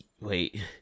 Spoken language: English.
wait